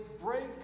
break